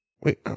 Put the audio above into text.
wait